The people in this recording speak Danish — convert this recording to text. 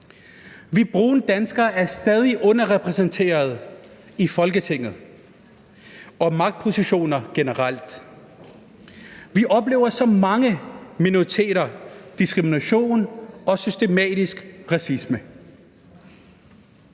Vi brune danskere er stadig underrepræsenteret i Folketinget og i magtpositioner generelt. Vi oplever som mange minoriteter diskrimination og systematisk racisme.